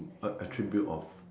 a attribute of